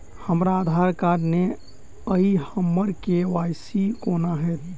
हमरा आधार कार्ड नै अई हम्मर के.वाई.सी कोना हैत?